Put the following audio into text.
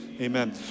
amen